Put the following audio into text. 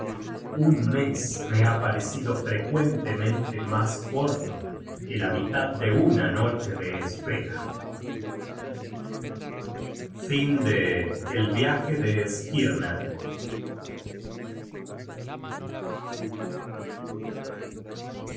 un mes me ha parecido frecuentemente mas corto que la mitad de una noche de espera content from google book search generated at el padre de